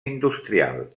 industrial